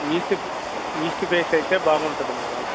east east face అయితే బాగుంటుంది madam